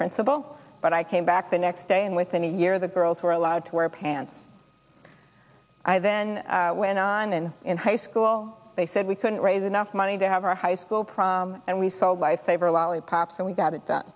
principal but i came back the next day and within a year the girls were allowed to wear pants i then went on and in high school they said we couldn't raise enough money to have a high school prom and we saw a lifesaver lollipop so we got it